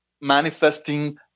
manifesting